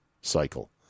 cycle